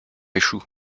échoue